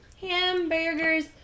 Hamburgers